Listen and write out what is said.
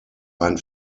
ein